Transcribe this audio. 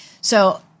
So-